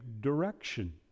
direction